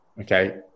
Okay